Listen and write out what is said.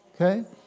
Okay